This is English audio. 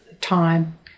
time